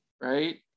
right